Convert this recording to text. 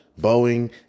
Boeing